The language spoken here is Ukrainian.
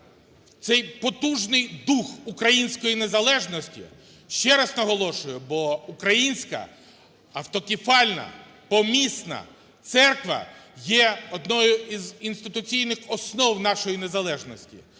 цей потужний дух української незалежності, ще раз наголошую, бо Українська Автокефальна Помісна Церква є одною із інституційних основ нашої незалежності,